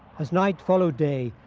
as night followed day,